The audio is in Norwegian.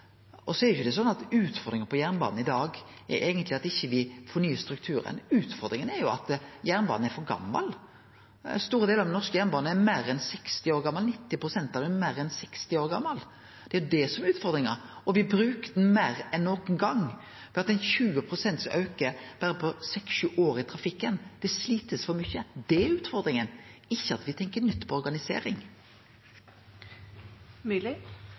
Og så er det ikkje sånn at utfordringa på jernbanen i dag eigentleg er at me ikkje fornyar strukturen – utfordringa er jo at jernbanen er for gamal. Store delar av den norske jernbanen er meir enn 60 år gamal, 90 pst. av han er meir enn 60 år gamal. Det er utfordringa. Me bruker han meir enn nokon gong, for me har hatt 20 pst. auke på berre seks–sju år i trafikken. Det er for mykje slitasje. Det er utfordringa, ikkje at me tenkjer nytt om organisering.